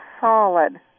solid